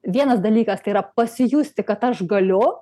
vienas dalykas tai yra pasijusti kad aš galiu